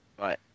right